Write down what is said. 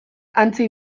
hantxe